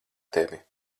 tevi